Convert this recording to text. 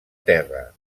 terra